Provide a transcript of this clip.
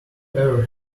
ever